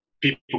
people